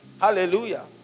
Hallelujah